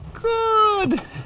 Good